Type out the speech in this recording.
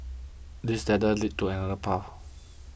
this ladder leads to another path